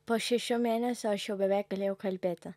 po šešių mėnesių aš jau beveik galėjau kalbėti